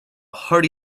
hearty